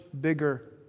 bigger